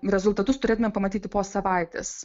rezultatus turėtumėm pamatyti po savaitės